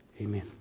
Amen